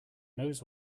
knows